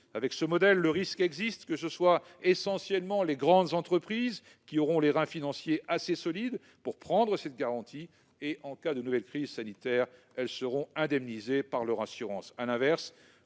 travaillé. Le risque existe, avec ce modèle, que seules les grandes entreprises aient les reins financiers assez solides pour prendre cette garantie. En cas de nouvelle crise sanitaire, elles seront indemnisées par leur assurance.